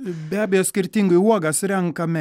be abejo skirtingai uogas renkame